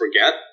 forget